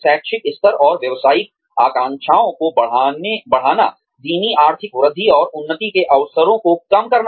शैक्षिक स्तर और व्यावसायिक आकांक्षाओं को बढ़ाना धीमी आर्थिक वृद्धि और उन्नति के अवसरों को कम करना